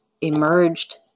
emerged